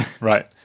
right